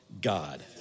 God